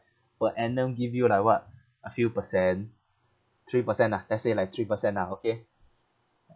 per annum give you like what a few percent three percent ah let's say like three percent ah okay